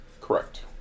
correct